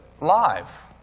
live